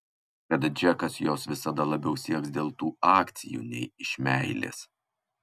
kad džekas jos visada labiau sieks dėl tų akcijų nei iš meilės